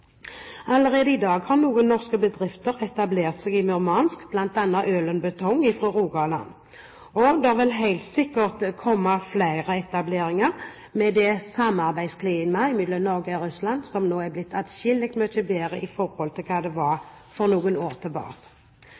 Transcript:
Allerede i dag har noen norske bedrifter etablert seg i Murmansk, bl.a. Ølen Betong fra Rogaland, og det vil helt sikkert komme flere etableringer i forbindelse med at samarbeidsklimaet mellom Norge og Russland nå er blitt atskillig bedre enn hva det var for noen år tilbake.